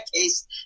case